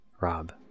rob